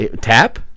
Tap